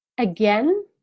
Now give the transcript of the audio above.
Again